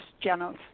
channels